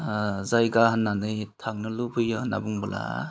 जायगा होन्नानै थांनो लुबैयो होन्ना बुङोब्ला